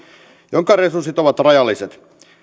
jonka resurssit ovat rajalliset